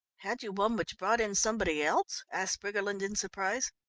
had you one which brought in somebody else? asked briggerland in surprise.